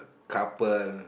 couple